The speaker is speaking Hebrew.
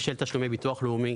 בשל תשלומי ביטוח לאומי,